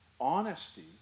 Honesty